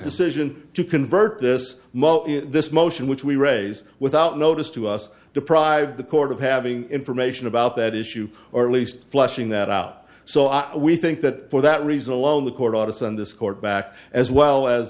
decision to convert this this motion which we raise without notice to us deprive the court of having information about that issue or at least flushing that out so i we think that for that reason alone the court office on this court back as well as